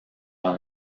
dans